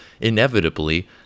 inevitably